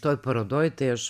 toj parodoj tai aš